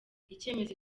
icyemezo